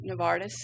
Novartis